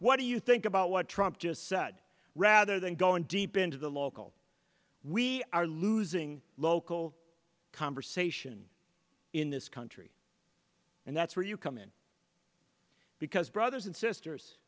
what do you think about what trump just said rather than going deep into the local we are losing local conversation in this country and that's where you come in because brothers and sisters